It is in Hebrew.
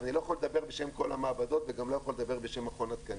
אבל אני לא יכול לדבר בשם כל המעבדות וגם לא יכול לדבר בשם מכון התקנים.